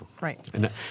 Right